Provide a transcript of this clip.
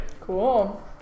Cool